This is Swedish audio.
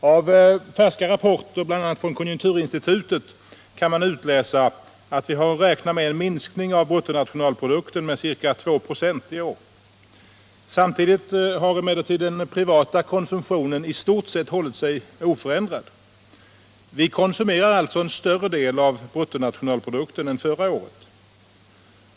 Av färska rapporter, bl.a. från konjunkturinstitutet, kan man utläsa att vi har att räkna med en minskning av bruttonationalprodukten med ca 2 96 i år. Samtidigt har emellertid den privata konsumtionen i stort sett hållit sig så gott som oförändrad. Vi konsumerar alltså en större del av bruttonationalprodukten än förra året.